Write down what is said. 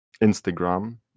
Instagram